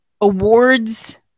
awards